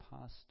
past